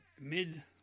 mid